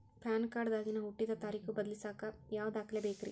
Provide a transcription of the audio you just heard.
PAN card ದಾಗಿನ ಹುಟ್ಟಿದ ತಾರೇಖು ಬದಲಿಸಾಕ್ ಯಾವ ದಾಖಲೆ ಬೇಕ್ರಿ?